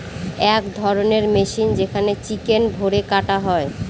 এক ধরণের মেশিন যেখানে চিকেন ভোরে কাটা হয়